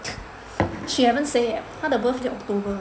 she haven't say yet 他的 birthday October